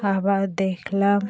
আবার দেখলাম